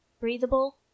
breathable